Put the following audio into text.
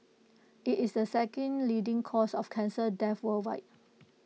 IT is the second leading cause of cancer death worldwide